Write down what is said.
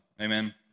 Amen